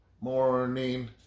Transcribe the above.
morning